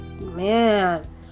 man